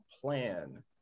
plan